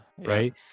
Right